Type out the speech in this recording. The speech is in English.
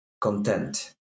content